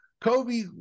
Kobe